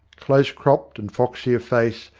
close cropped and foxy of face,